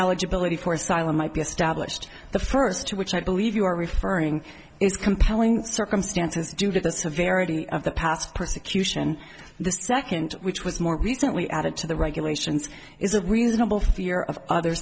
eligibility for asylum might be established the first two which i believe you are referring is compelling circumstances due to the severity of the past persecution the second which was more recently added to the regulations is a reasonable fear of other